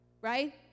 Right